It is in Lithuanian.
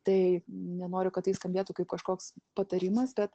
tai nenoriu kad tai skambėtų kaip kažkoks patarimas bet